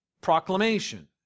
proclamation